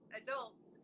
adults